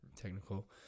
technical